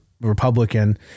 Republican